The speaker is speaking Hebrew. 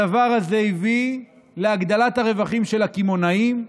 הדבר הזה הביא להגדלת הרווחים של הקמעונאים.